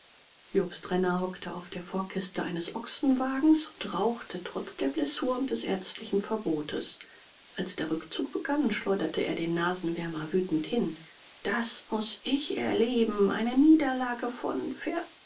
jobst renner hockte auf der vorkiste eines ochsenwagens und rauchte trotz der blessur und des ärztlichen verbotes als der rückzug begann schleuderte er den nasenwärmer wütend hin das muß ich erleben eine niederlage von